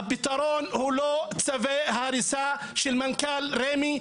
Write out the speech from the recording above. הפתרון הוא לא צווי הריסה של מנכ"ל רמ"י,